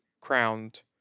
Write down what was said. crowned